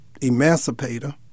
Emancipator